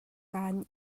kaan